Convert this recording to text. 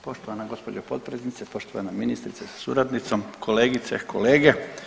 Poštovana gđo. potpredsjednice, poštovana ministrice sa suradnicom, kolegice i kolege.